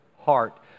heart